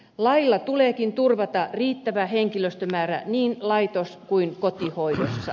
lailla tuleekin turvata riittävä henkilöstömäärä niin laitos kuin kotihoidossa